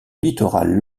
littoral